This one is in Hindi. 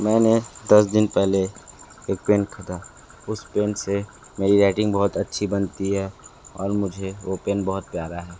मैंने दस दिन पहले एक पेन ख़रीदा उस पेन से मेरी राइटिंग बहुत अच्छी बनती है और मुझे वो पेन बहुत प्यारा है